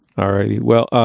all right. well,